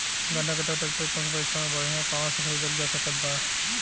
गन्ना कटाई ट्रैक्टर कम पैसे में बढ़िया कहवा से खरिदल जा सकत बा?